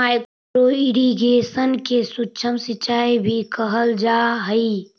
micro irrigation के सूक्ष्म सिंचाई भी कहल जा हइ